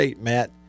Matt